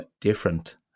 different